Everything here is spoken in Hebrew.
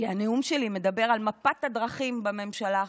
כי הנאום שלי מדבר על מפת הדרכים בממשלה החדשה,